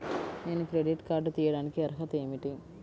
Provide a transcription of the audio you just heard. నేను credit card తీయడానికి అర్హత ఏమిటి?